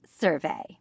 survey